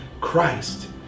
Christ